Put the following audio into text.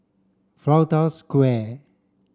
Flanders Square